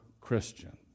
Christian